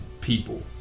people